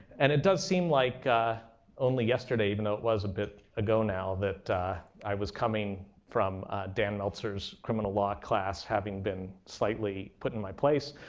and it does seem like only yesterday, even though it was a bit ago now that i was coming from dan meltzer's criminal law class having been slightly put in my place.